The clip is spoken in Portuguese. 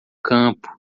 campo